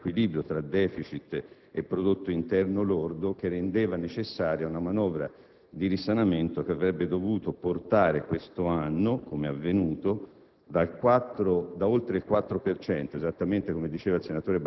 aveva certificato uno sfondamento nell'equilibrio tra *deficit* e prodotto interno lordo che rendeva necessaria una manovra di risanamento che avrebbe dovuto portare quest'anno - come è avvenuto